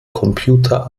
computer